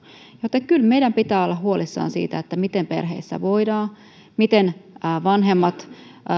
joten kyllä meidän pitää olla huolissamme siitä miten perheissä voidaan miten vanhemmat